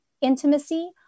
intimacy